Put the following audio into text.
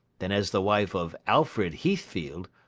than as the wife of alfred heathfield,